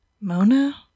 Mona